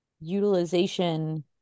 utilization